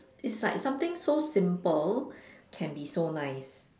it's like something so simple can be so nice